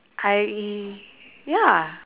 I ya